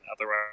Otherwise